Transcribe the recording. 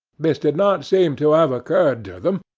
this did not seem to have occurred to them,